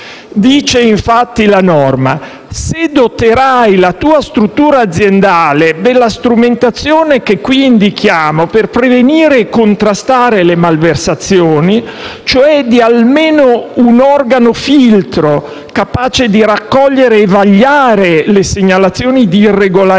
Dice infatti la norma: se doterai la tua struttura aziendale della strumentazione che qui indichiamo per prevenire e contrastare le malversazioni, cioè di almeno un organo-filtro capace di raccogliere e vagliare le segnalazioni di irregolarità